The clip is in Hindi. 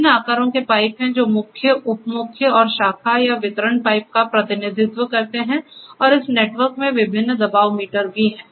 विभिन्न आकारों के पाइप हैं जो मुख्य उप मुख्य और शाखा या वितरण पाइप का प्रतिनिधित्व करते हैं और इस नेटवर्क में विभिन्न दबाव मीटर भी है